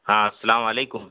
ہاں السلام علیکم